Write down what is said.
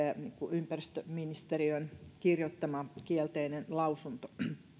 ympäristöministeriön kirjoittama kielteinen lausunto